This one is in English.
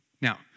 Now